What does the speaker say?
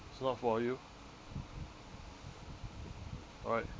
it's not for you alright